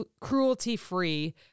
cruelty-free